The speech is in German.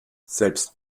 selbst